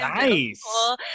Nice